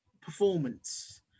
performance